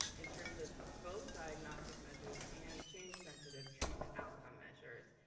in terms of both diagnostic measures and change sensitive treatment outcome measures,